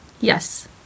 yes